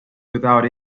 without